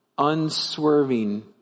Unswerving